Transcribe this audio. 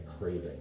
craving